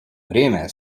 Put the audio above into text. время